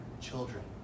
children